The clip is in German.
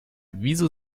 wieso